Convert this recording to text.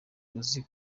uzi